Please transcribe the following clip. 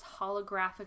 holographic